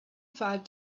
five